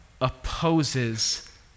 opposes